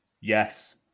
Yes